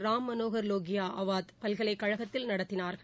ராம் மனோகர் லோகியா அவாத் பல்கலைக்கழகத்தில் நடத்தினார்கள்